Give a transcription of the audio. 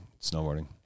snowboarding